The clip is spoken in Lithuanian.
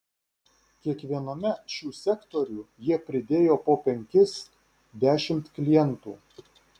kiekviename šių sektorių jie pridėjo po penkis dešimt klientų